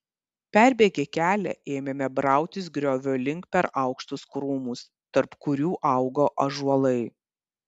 perbėgę kelią ėmėme brautis griovio link per aukštus krūmus tarp kurių augo ąžuolai